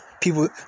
People